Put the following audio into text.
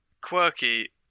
Quirky